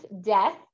death